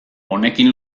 honekin